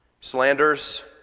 Slanders